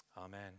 Amen